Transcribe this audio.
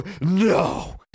no